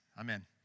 Amen